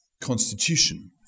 constitution